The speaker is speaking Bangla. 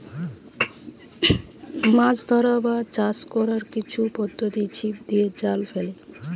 মাছ ধরার বা চাষ কোরার কিছু পদ্ধোতি ছিপ দিয়ে, জাল ফেলে